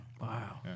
Wow